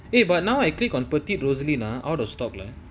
eh but now I clicked on petite rosaline out out of stock